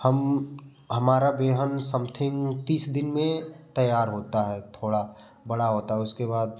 हम हमारा बेहन सम्थिंग तीस दिन में तैयार होता है थोड़ा बड़ा होता है उसके बाद